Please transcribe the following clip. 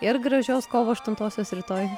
ir gražios kovo aštuntosios rytoj